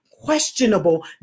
questionable